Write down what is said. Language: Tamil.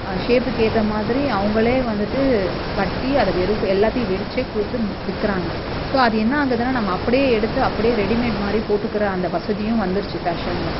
ஷேப்புக்கு ஏற்ற மாதிரி அவங்களே வந்துட்டு கட்டி அது வெறு ஃபே எல்லாத்தையும் வடிச்சே கொடுத்து விற்கிறாங்க ஸோ அது என்ன ஆகுதுன்னால் நம்ம அப்படியே எடுத்து அப்படியே ரெடிமேட் மாதிரி போட்டுக்கிற அந்த வசதியும் வந்துடுச்சு ஃபேஷனில்